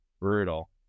brutal